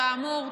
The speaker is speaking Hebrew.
כאמור,